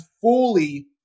fully